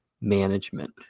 Management